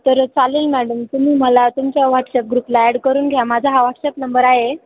तर चालेल मॅडम तुम्ही मला तुमच्या व्हॉट्स ॲप ग्रुपला ॲड करून घ्या माझा हा वॉटस ॲप नंबर आहे